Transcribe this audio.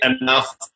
enough